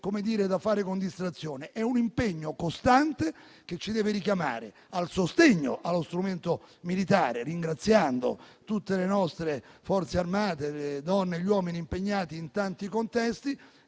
periodico, da fare con distrazione. È un impegno costante, che ci deve richiamare al sostegno allo strumento militare, ringraziando tutte le nostre Forze armate, le donne e gli uomini impegnati in tanti contesti,